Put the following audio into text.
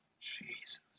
Jesus